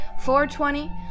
420